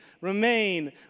remain